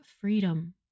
freedom